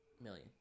million